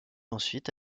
ensuite